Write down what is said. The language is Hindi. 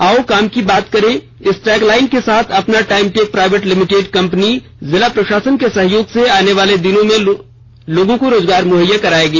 आओ काम की बात करें इस टैग लाइन के साथ अपना time tech private limited company जिला प्रशासन के सहयोग से आनेवाले दिनों में लोगों को रोजगार मुहैया करायेगी